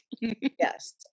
yes